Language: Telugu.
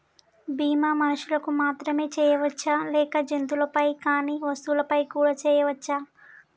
బీమా మనుషులకు మాత్రమే చెయ్యవచ్చా లేక జంతువులపై కానీ వస్తువులపై కూడా చేయ వచ్చా?